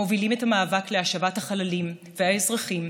המובילים את המאבק להשבת החללים והאזרחים,